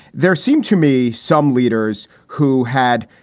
there seemed to me some leaders who had,